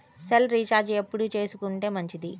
Cell recharge ఎప్పుడు చేసుకొంటే మంచిది?